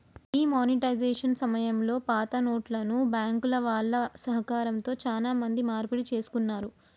D monetisation సమయంలో పాతనోట్లను బ్యాంకుల వాళ్ళ సహకారంతో చానా మంది మార్పిడి చేసుకున్నారు